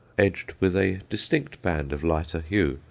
edged with a distinct band of lighter hue,